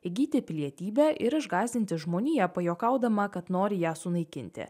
įgyti pilietybę ir išgąsdinti žmoniją pajuokaudama kad nori ją sunaikinti